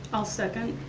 i'll second.